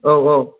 औ औ